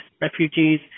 refugees